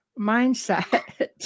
mindset